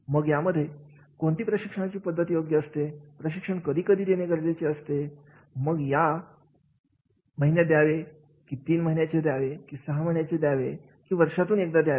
मग यामध्ये कोणती प्रशिक्षणाची पद्धती योग्य असते प्रशिक्षण कधी कधी देणे गरजेचे आहे मग या महिन्याला द्यावे कि तीन महिन्याला द्यावे कि सहा महिन्यात द्यावे की वर्षातून एकदा द्यावे